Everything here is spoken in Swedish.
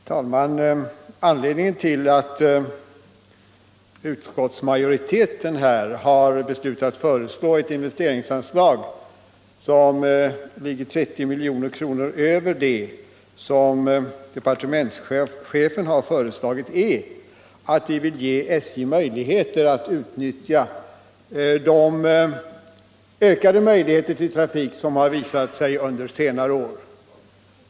Herr talman! Anledningen till att utskottsmajoriteten har beslutat föreslå ett investeringsanslag som ligger 30 milj.kr. över vad departementschefen har begärt är att vi vill ge SJ en chans att utnyttja de möjligheter till ökad trafik som har yppat sig under senare år.